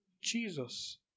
Jesus